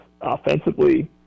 offensively